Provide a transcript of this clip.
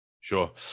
Sure